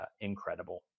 incredible